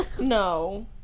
no